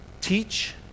Teach